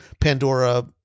Pandora